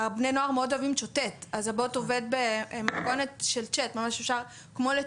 לא הבינו איך יכול להיות שאישה כל כך יפה וכל כך